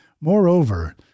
Moreover